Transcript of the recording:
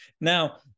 Now